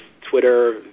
Twitter